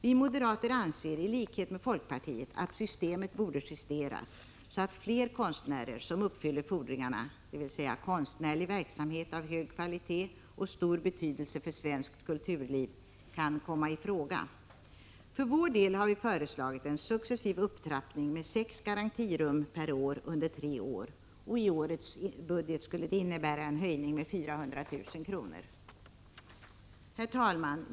Vi moderater anser i likhet med folkpartiet att systemet borde justeras, så att fler konstnärer som uppfyller fordringarna — konstnärlig verksamhet av hög kvalitet och stor betydelse för svenskt kulturliv — kan komma i fråga. För vår del har vi föreslagit en successiv upptrappning med sex garantirum per år under tre år. I årets budget skulle det innebära en höjning med 400 000 kr. Herr talman!